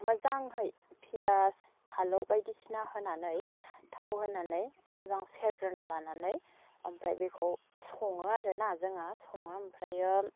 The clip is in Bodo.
मोजाङै पियास फालौ बायदिसिना होनानै थाव होनानै मोजां सेरग्रोना लानानै ओमफ्राय बेखौ सङो आरोना जोङो सङो ओमफ्रायो